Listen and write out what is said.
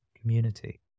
community